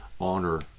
honor